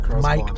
Mike